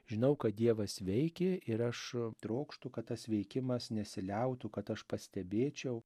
žinau kad dievas veikia ir aš trokštu kad tas veikimas nesiliautų kad aš pastebėčiau